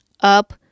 up